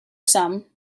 some